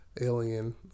alien